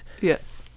Yes